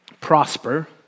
prosper